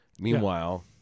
Meanwhile